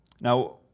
Now